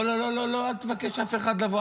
לא לא לא לא לא, אל תבקש מאף אחד לבוא.